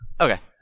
Okay